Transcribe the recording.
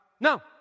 No